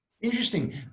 Interesting